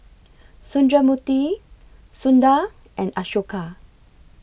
Sundramoorthy Sundar and Ashoka